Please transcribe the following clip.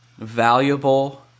valuable